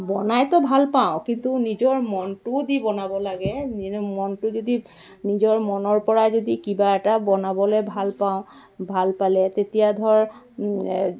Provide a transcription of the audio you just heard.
বনাইতো ভাল পাওঁ কিন্তু নিজৰ মনটোও দি বনাব লাগে নিজৰ মনটো যদি নিজৰ মনৰ পৰা যদি কিবা এটা বনাবলৈ ভাল পাওঁ ভাল পালে তেতিয়া ধৰ